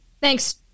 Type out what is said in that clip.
thanks